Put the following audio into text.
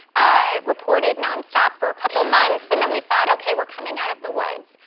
i reported nonstop for a couple months. and then we thought, okay, we're coming out of the woods.